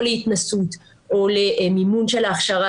או להתנסות או למימון של ההכשרה,